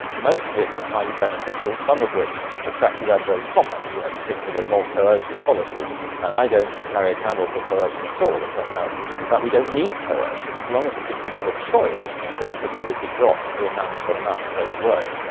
most of which is highly beneficial, some of which attracted adverse comment, you know particularly more coercive policies. and i don't carry a candle for coercion at all. it turns out in fact we don't need coercion. as so long as we give people a choice, then fertility dropped to a manageable amount straight away.